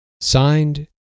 Signed